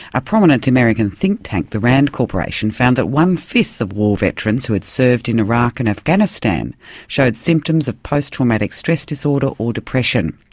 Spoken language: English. a prominent american think-tank, the rand corporation, found that one-fifth of war veterans who had served in iraq and afghanistan showed symptoms of post-traumatic stress disorder or depression.